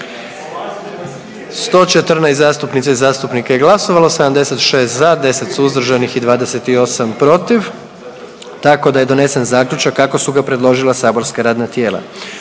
121 zastupnica i zastupnik, 114 za i jedan suzdržani i 6 protiv, pa je donesen zaključak kako su ga predložila saborska radna tijela.